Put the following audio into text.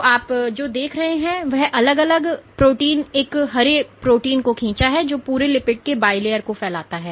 तो आप जो देख रहे हैं मैंने तीन अलग अलग प्रोटीन एक हरे प्रोटीन को खींचा है जो पूरे लिपिड के बाइलर को फैलाता है